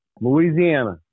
Louisiana